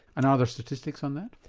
and are there statistics on that?